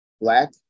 black